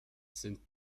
sind